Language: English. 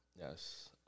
yes